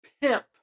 Pimp